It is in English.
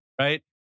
right